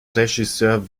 regisseur